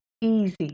easy